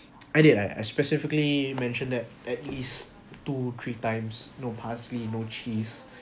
I did I I specifically mentioned that at least two three times no parsley no cheese